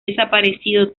desaparecido